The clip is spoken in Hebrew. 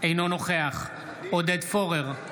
אינו נוכח עודד פורר,